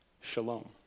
shalom